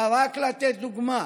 אבל רק לתת דוגמה